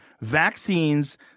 Vaccines